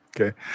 Okay